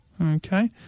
okay